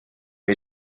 või